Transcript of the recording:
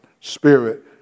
spirit